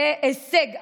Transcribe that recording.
זה הישג אדיר.